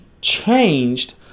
changed